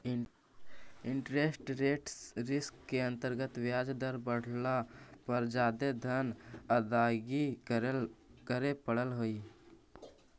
interest rate risk के अंतर्गत ब्याज दर बढ़ला पर जादे धन अदायगी करे पड़ऽ हई